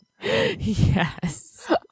Yes